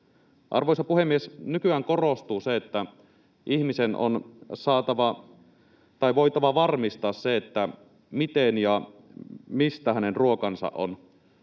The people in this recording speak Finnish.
Arvoisa puhemies! Nykyään korostuu se, että ihmisen on saatava tai voitava varmistaa se, miten ja mistä hänen ruokansa on